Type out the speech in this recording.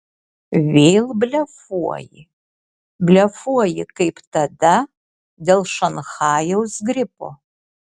vėl blefuoji blefuoji kaip tada dėl šanchajaus gripo